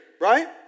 right